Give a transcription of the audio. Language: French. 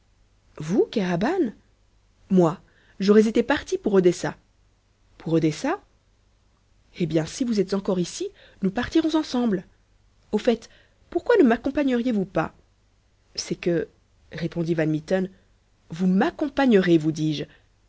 vous kéraban moi j'aurais été parti pour odessa pour odessa eh bien si vous êtes encore ici nous partirons ensemble au fait pourquoi ne maccompagneriez vous pas c'est que répondit van mitten vous m'accompagnerez vous dis-je